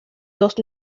dos